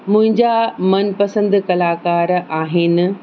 मुंहिंजा मनपसंदि कलाकार आहिनि